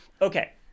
Okay